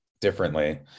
differently